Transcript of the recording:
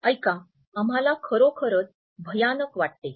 ऐका आम्हाला खरोखरच भयानक वाटते